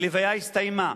הלוויה הסתיימה.